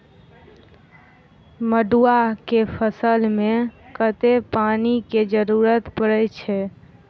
मड़ुआ केँ फसल मे कतेक पानि केँ जरूरत परै छैय?